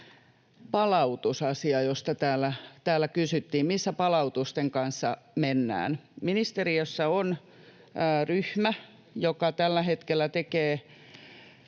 palautusasia, josta täällä kysyttiin, missä palautusten kanssa mennään. Ministeriössä on ryhmä — kutsun sitä